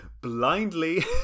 blindly